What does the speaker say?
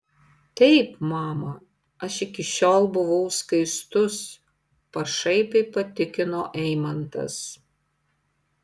taip mama aš iki šiol buvau skaistus pašaipiai patikino eimantas